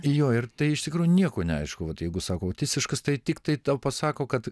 jo ir tai iš tikrųjų nieko neaišku vat jeigu sako autistiškas tai tiktai tau pasako kad